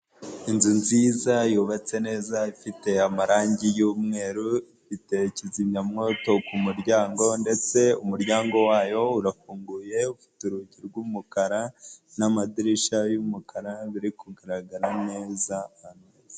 Inzu nziza yubatse neza ifite amarangi y'umweru ifite ikizimyamto ku muryango, ndetse umuryango wayo urafunguye urugi rw'umukara n'amadirishya y'umukara, biri kugaragara neza.